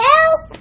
Help